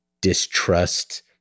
distrust